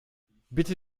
bitte